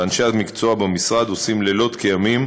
ואנשי המקצוע במשרד עושים לילות כימים